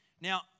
Now